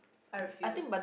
I feel